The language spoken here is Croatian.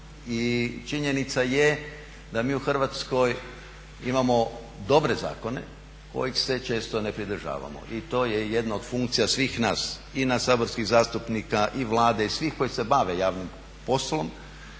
I činjenica je da mi u Hrvatskoj imamo dobre zakone kojih se često ne pridržavamo. I to je jedna od funkcija svih nas i nas saborskih zastupnika i Vlade i svih koji se bave javnim poslom